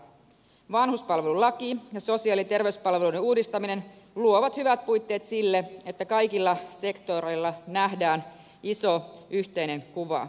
vanhuspalvelulaki ja sosiaali ja terveyspalveluiden uudistaminen luovat hyvät puitteet sille että kaikilla sektoreilla nähdään iso yhteinen kuva